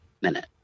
minute